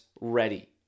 ready